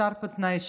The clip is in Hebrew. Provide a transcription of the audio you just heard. שהיא סטרטאפ ניישן.